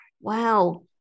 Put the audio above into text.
Wow